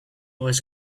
was